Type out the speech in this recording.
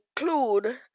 include